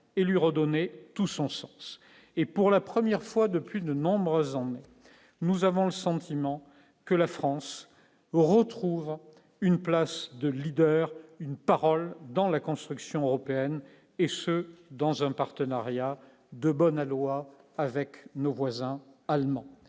et lui redonner tout son sens et pour la première fois depuis de nombreuses, en nous avons le sentiment que la France retrouve une place de leader, une parole dans la construction européenne et ce dans un partenariat de bon aloi avec nos voisins allemands